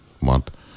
month